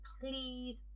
please